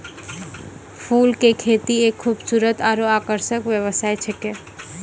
फूल के खेती एक खूबसूरत आरु आकर्षक व्यवसाय छिकै